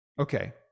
Okay